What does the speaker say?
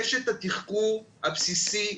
יש את התחקור הבסיסי,